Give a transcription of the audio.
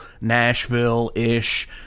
Nashville-ish